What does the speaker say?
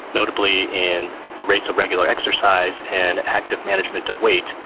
notably in the rates of regular exercise and active management of weight.